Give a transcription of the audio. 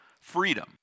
freedom